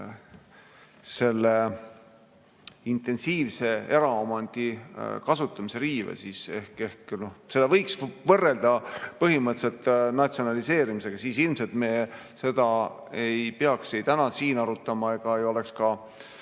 selle intensiivse eraomandi kasutamise riive, ehk seda võiks võrrelda põhimõtteliselt natsionaliseerimisega, siis ilmselt me ei peaks seda täna siin arutama ega oleks ka